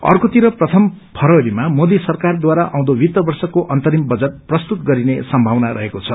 अर्कोतिर प्रथम फरवरीमा मोदी सरकारद्वारा आउँदो वित्त वर्षको अन्तरिम बजट प्रस्तुत गरिने सम्भावना रहेको छ